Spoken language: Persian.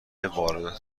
واردات